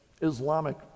Islamic